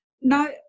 No